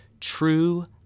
True